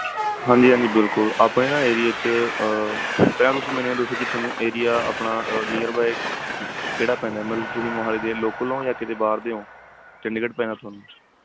ਹਾਂਜੀ ਹਾਂਜੀ ਬਿਲਕੁਲ ਆਪਣੇ ਨਾ ਏਰੀਏ 'ਚ ਪਹਿਲਾਂ ਤੁਸੀਂ ਮੈਨੂੰ ਇਹ ਦੱਸੋ ਕਿ ਤੁਹਾਨੂੰ ਏਰੀਆ ਆਪਣਾ ਨੀਅਰ ਬਾਏ ਕਿਹੜਾ ਪੈਂਦਾ ਹੈ ਮਤਲਬ ਤੁਸੀਂ ਮੋਹਾਲੀ ਦੇ ਲੌਕਲ ਹੋ ਜਾਂ ਕਿਤੇ ਬਾਹਰ ਦੇ ਹੋ ਚੰਡੀਗੜ੍ਹ ਪੈਂਦਾ ਤੁਹਾਨੂੰ